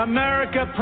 America